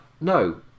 No